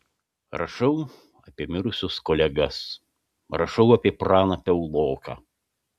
rašau apie mirusius kolegas rašau apie praną piauloką